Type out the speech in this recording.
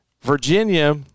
Virginia